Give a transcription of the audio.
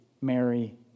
Mary